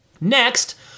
Next